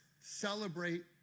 celebrate